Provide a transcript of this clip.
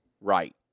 right